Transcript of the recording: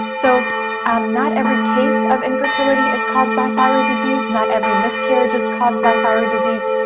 so um not every case of infertility is caused by thyroid disease, not every miscarriage is caused by thyroid disease,